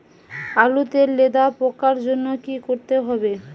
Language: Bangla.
আলুতে লেদা পোকার জন্য কি করতে হবে?